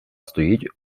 стоїть